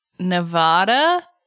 Nevada